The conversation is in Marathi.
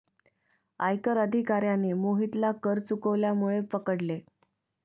आयकर अधिकाऱ्याने मोहितला कर चुकवल्यामुळे पकडले